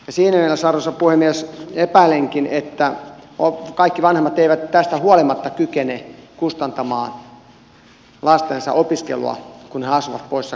siinä mielessä arvoisa puhemies epäilenkin että kaikki vanhemmat eivät tästä huolimatta kykene kustantamaan lastensa opiskelua kun nämä asuvat poissa kotoa